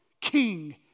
King